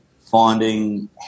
finding